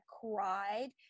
cried